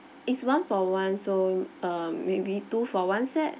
it's one for one so um maybe two for one set